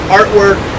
artwork